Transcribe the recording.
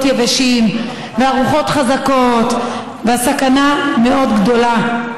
יבשים והרוחות חזקות והסכנה מאוד גדולה.